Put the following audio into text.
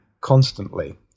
constantly